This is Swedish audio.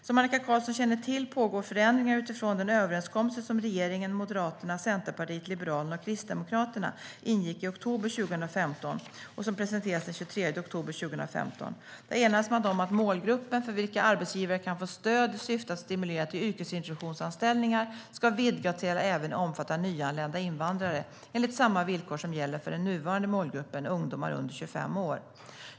Som Annika Qarlsson känner till pågår förändringar utifrån den överenskommelse som regeringen, Moderaterna, Centerpartiet, Liberalerna och Kristdemokraterna ingick i oktober 2015 och som presenterades den 23 oktober 2015. Där enades man om att målgruppen för vilka arbetsgivare som kan få stöd i syfte att stimulera till yrkesintroduktionsanställning ska vidgas till att även omfatta nyanlända invandrare enligt samma villkor som gäller för den nuvarande målgruppen, ungdomar under 25 år.